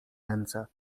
ręce